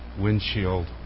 windshield